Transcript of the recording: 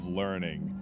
learning